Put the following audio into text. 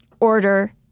order